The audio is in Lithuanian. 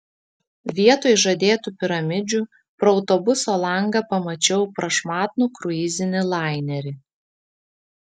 vietoj žadėtų piramidžių pro autobuso langą pamačiau prašmatnų kruizinį lainerį